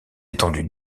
étendue